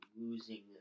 losing